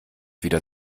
wieder